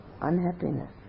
Unhappiness